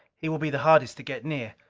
he will be the hardest to get near.